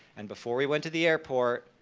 and before we went to the airport,